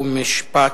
החוקה, חוק ומשפט.